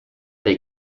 they